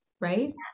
right